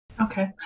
Okay